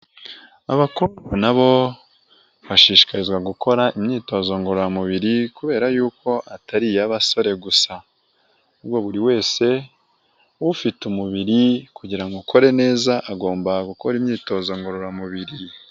Abakobwa nabo bashishikarizwa gukora imyitozo ngororamubiri, kubera yuko atari iy'abasore gusa. hubwo buri wese ufite umubiri kugira ngo ukore neza, agomba gukora imyitozo ngororamubiri.